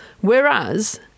Whereas